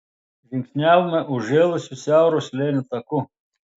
žingsniavome užžėlusiu siauro slėnio taku